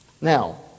Now